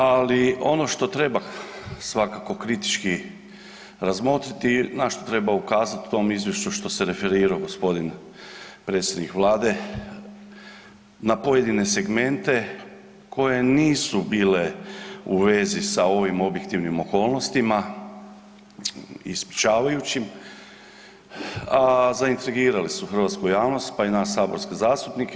Ali ono što treba svakako kritički razmotriti na što treba ukazati u tom izvješću što se referirao gospodin predsjednik Vlade na pojedine segmente koje nisu bile u vezi sa ovim objektivnim okolnostima i sprječavajućim, a zaintrigirale su hrvatsku javnost pa i nas saborske zastupnike.